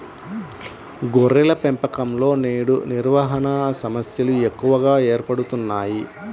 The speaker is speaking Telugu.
గొర్రెల పెంపకంలో నేడు నిర్వహణ సమస్యలు ఎక్కువగా ఏర్పడుతున్నాయి